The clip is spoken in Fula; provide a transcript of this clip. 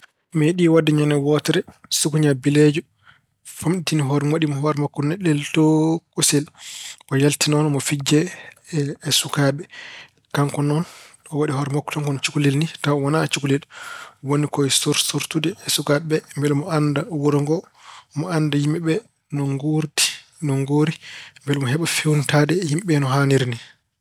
Meeɗii waɗde ñande wootere sukuña bileejo famɗitini hoore makko waɗi hoore makko cukalel tokosel. Yo yalti noon omo fijjaa e sukaaɓe. Kanko noon, o waɗi hoore makko tan kono cukalel ni tawa o wonaa cukalel. O woni ko e sorsortude e sukaaɓe ɓe mbele omo annda yimɓe ɓee no nguurndi, no ngoori mbele omo heɓa feewnitaade e yimɓe ɓe no haaniri ni.